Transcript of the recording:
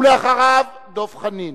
ואחריו, דב חנין,